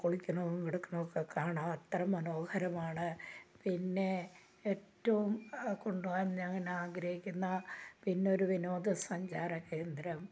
കുളിക്കുന്നതും കിടക്കുന്നതും ഒക്കെ കാണാം അത്ര മനോഹരമാണ് പിന്നെ ഏറ്റവും കൊണ്ടുപോവാൻ ഞാൻ ആഗ്രഹിക്കുന്ന പിന്നെ ഒരു വിനോദസഞ്ചാര കേന്ദ്രം